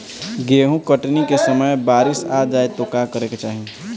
गेहुँ कटनी के समय बारीस आ जाए तो का करे के चाही?